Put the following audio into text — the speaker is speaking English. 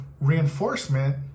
reinforcement